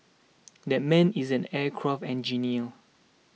that man is an aircraft engineer